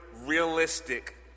Realistic